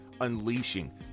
unleashing